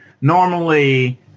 normally